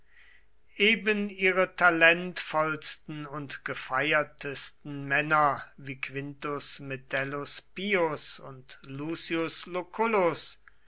eben ihre talentvollsten und gefeiertsten männer wie quintus metellus pius und lucius